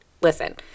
listen